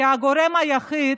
כי הגורם היחיד,